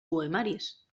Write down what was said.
poemaris